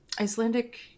Icelandic